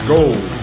Gold